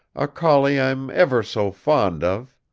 a collie i'm ever so fond of.